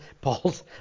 Paul's